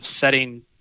setting